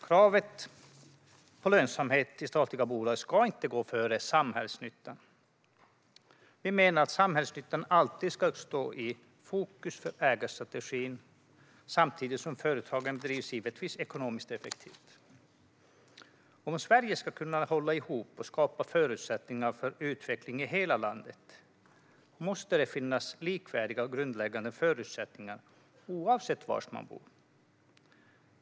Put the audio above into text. Kravet på lönsamhet i statliga bolag ska inte gå före samhällsnyttan. Vi menar att samhällsnyttan alltid ska stå i fokus för ägarstrategin, samtidigt som företagen givetvis drivs ekonomiskt effektivt. Om Sverige ska kunna hålla ihop och skapa förutsättningar för utveckling i hela landet måste det finnas likvärdiga grundläggande förutsättningar oavsett var man bor.